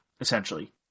essentially